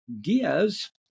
Diaz